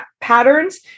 patterns